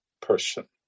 person